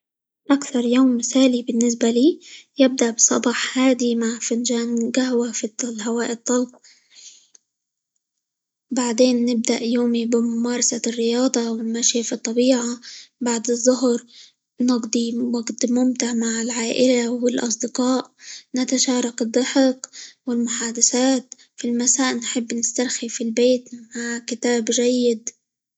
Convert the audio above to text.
أكثر يوم مثالي بالنسبة لي يبدأ بصباح هادي مع فنجان قهوة في -الط- الهواء الطلق، بعدين نبدأ يومي بممارسة الرياضة، المشي في الطبيعة، بعد الظهر نقضى وقت ممتع مع العائلة، والأصدقاء، نتشارك الضحك، والمحادثات، في المساء نحب نسترخي في البيت مع كتاب جيد.